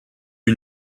eut